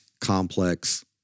complex